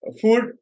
food